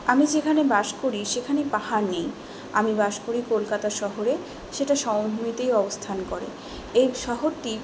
আমি যেখানে বাস করি সেখানে পাহাড় নেই আমি বাস করি কলকাতা শহরে সেটা সমভূমিতেই অবস্থান করে এই শহরটির